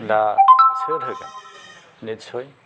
दा सोर होगोन नितसय